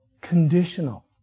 conditional